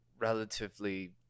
relatively